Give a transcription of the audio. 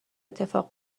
اتفاق